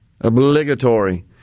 Obligatory